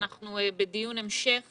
אנחנו בדיון המשך